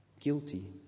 guilty